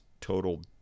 total